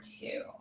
two